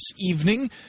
evening